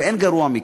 ואין גרוע מכך.